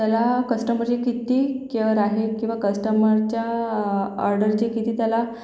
त्याला कस्टमरची किती केअर आहे किंवा कस्टमरच्या ऑर्डरची किती त्याला